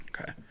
Okay